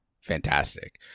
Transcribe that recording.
fantastic